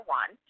one